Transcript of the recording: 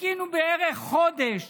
חיכינו בערך חודש